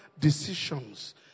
decisions